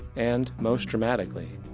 and most dramatically,